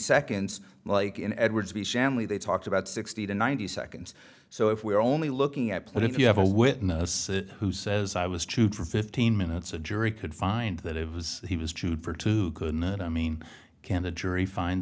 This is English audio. seconds like in edwards be shanley they talked about sixty to ninety seconds so if we're only looking at but if you have a witness who says i was chewed for fifteen minutes a jury could find that it was he was chewed for two couldn't it i mean can the jury find